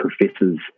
professors